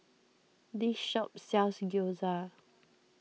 this shop sells Gyoza